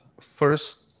first